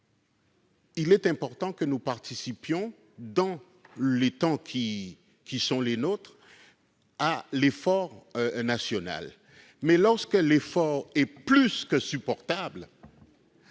il est important que nous participions, dans les temps qui sont les nôtres, à l'effort national. Mais lorsque l'effort est plus que difficilement